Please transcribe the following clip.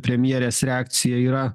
premjerės reakcija yra